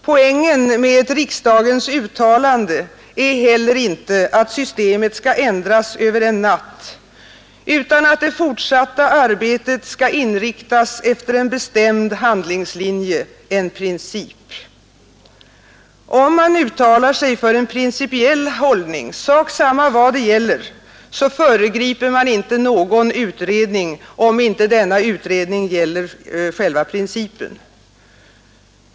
Poängen med ett riksdagens uttalande är heller inte att systemet skall ändras över en natt utan att det fortsatta arbetet skall inriktas efter en bestämd handlingslinje, en princip. Om man uttalar sig för en principiell hållning, sak samma vad det gäller, så föregriper man inte någon utredning, om inte denna utredning gäller själva principen.